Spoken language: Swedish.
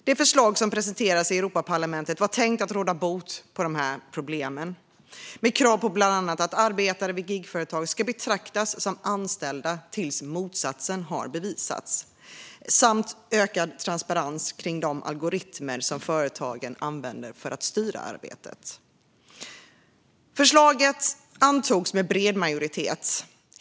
Det förslag som presenterades i Europaparlamentet var tänkt att råda bot på de problemen, med krav på bland annat att arbetare vid gigföretag ska betraktas som anställda tills motsatsen har bevisats samt på ökad transparens kring de algoritmer företagen använder för att styra arbetet. Förslaget antogs med bred majoritet.